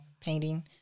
Painting